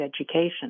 Education